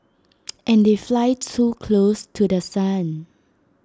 and they fly too close to The Sun